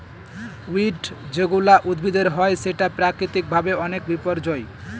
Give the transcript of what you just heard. weed যেগুলা উদ্ভিদের হয় সেটা প্রাকৃতিক ভাবে অনেক বিপর্যই